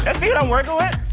and see what i'm workin' with?